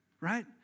right